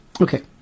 Okay